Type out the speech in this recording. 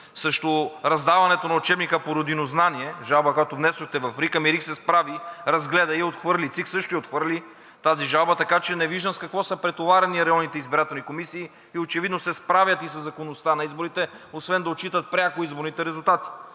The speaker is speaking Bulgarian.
срещу раздаването на учебника по родинознание – жалба, която внесохте в РИК, ами РИК се справи, разгледа я и я отхвърли, ЦИК също отхвърли тази жалба. Така че не виждам с какво са претоварени районните избирателни комисии – очевидно се справят и със законността на изборите, освен да отчитат пряко изборните резултати.